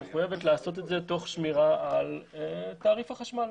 לעשות את זה תוך שמירה על תעריף החשמל.